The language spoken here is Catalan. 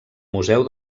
museu